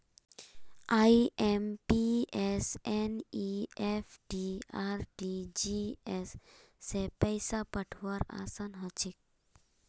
IMPS NEFT RTGS स पैसा पठऔव्वार असान हछेक